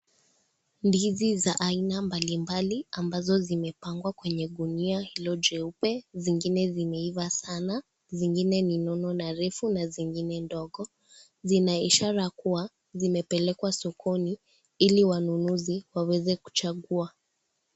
Ndizi za aina mbalimbali ambazo zimepangwa kwenye gunia hilo jeupe, zingine zimeiva sana zingine ni nono na refu na zingine ndogo, zina ishara kuwa zimepelekwa sokoni, ili wanunuzi waweze kuchagua.